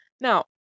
Now